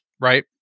right